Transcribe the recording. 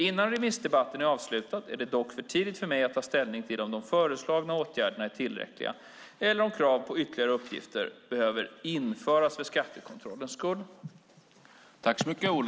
Innan remissbehandlingen är avslutad, är det dock för tidigt för mig att ta ställning till om de föreslagna åtgärderna är tillräckliga, eller om krav på ytterligare uppgifter behöver införas för skattekontrollens skull.